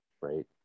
right